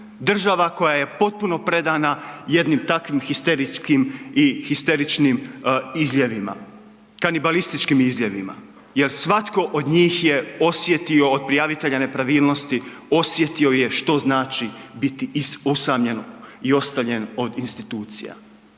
država koja je potpuno predana jednim takvim histeričkim i histeričnim izljevima, kanibalističkim izljevima jer svatko od njih je osjetio od prijavitelja nepravilnosti, osjetio je što znači biti usamljen i ostavljen od institucija.